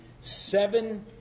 seven